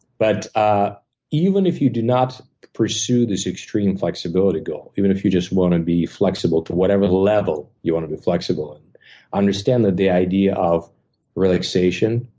but ah even if you do not pursue this extreme flexibility goal. even if you just want to be flexible to whatever level you want to be flexible, and understand that the idea of relaxation,